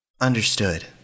Understood